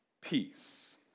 peace